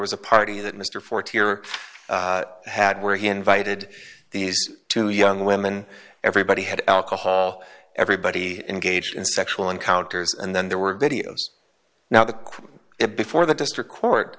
was a party that mr fortier had where he invited these two young women everybody had alcohol everybody engaged in sexual encounters and then there were videos now the crime it before the district court